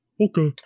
Okay